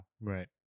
right